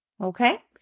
Okay